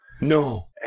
No